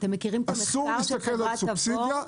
אסור להסתכל על סובסידיה,